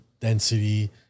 density